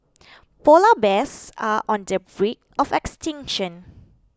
Polar Bears are on the brink of extinction